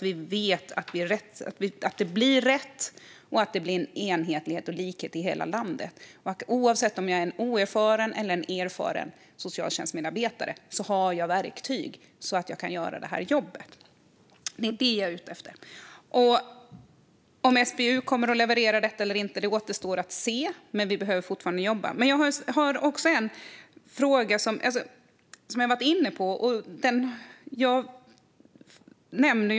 Vi ska veta att det blir rätt, enhetligt och lika i hela landet. Oavsett om jag är en oerfaren eller erfaren medarbetare i socialtjänsten ska jag ha verktyg så att jag kan göra jobbet. Om SBU kommer att leverera detta eller inte återstår att se, men vi behöver fortsätta att jobba med frågorna. Jag vill än en gång ta upp en fråga som jag har tagit upp tidigare.